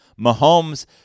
Mahomes